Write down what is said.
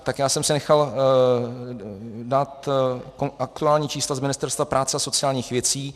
Tak já jsem si nechal dát aktuální čísla z Ministerstva práce a sociálních věcí.